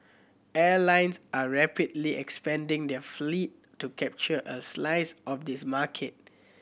airlines are rapidly expanding their fleet to capture a slice of this market